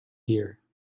here